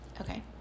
Okay